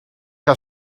que